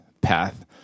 path